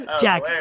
Jack